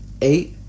Eight